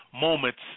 moments